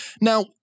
Now